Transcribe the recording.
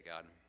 God